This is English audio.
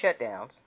shutdowns